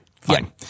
Fine